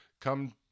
Come